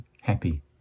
happy